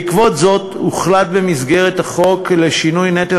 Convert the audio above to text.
בעקבות זאת הוחלט במסגרת החוק לשינוי נטל